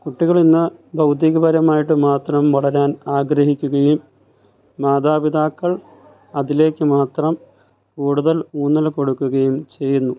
കുട്ടികളിന്ന് ഭൗതികപരമായിട്ട് മാത്രം വളരാൻ ആഗ്രഹിക്കുകയും മാതാപിതാക്കൾ അതിലേയ്ക്കു മാത്രം കൂടുതൽ ഊന്നൽ കൊടുക്കുകയും ചെയ്യുന്നു